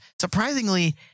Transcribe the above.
surprisingly